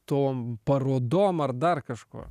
tom parodom ar dar kažkuo